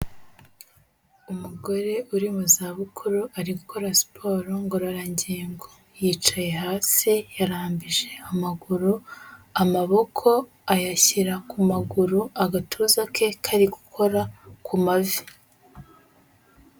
Umugore uri mu zabukuru ari gukora siporo ngororangingo, yicaye hasi yararambije amaguru, amaboko ayashyira ku maguru, agatuza ke kari gukora ku mavi.